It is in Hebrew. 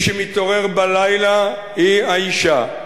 מי שמתעורר בלילה זו האשה.